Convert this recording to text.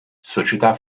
società